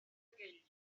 aquell